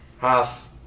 Half